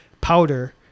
powder